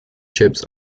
chips